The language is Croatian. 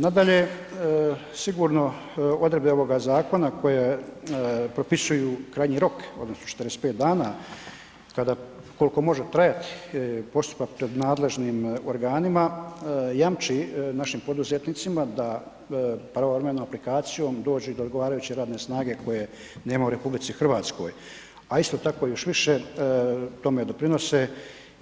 Nadalje, sigurno odredbe ovoga zakona koje propisuju krajnji rok odnosno 45 dana koliko može trajati postupak pred nadležnim organima, jamči našim poduzetnicima da pravovremenom aplikacijom dođu i do odgovarajuće radne snage koje nema u RH a isto tako još više tome doprinose